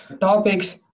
topics